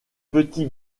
petit